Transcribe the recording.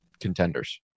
contenders